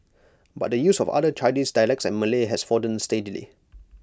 but the use of other Chinese dialects and Malay has fallen steadily